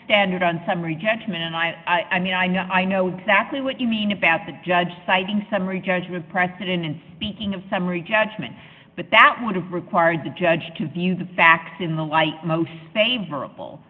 standard on summary judgment and i i mean i know i know exactly what you mean about the judge citing summary judgment precedent and speaking of summary judgment but that would have required the judge to view the facts in the light most favorable